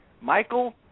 Michael